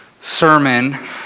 sermon